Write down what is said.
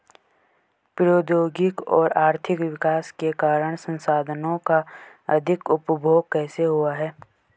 प्रौद्योगिक और आर्थिक विकास के कारण संसाधानों का अधिक उपभोग कैसे हुआ है?